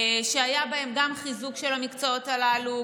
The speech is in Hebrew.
שהיה בהם גם חיזוק של המקצועות הללו,